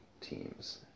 teams